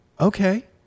Okay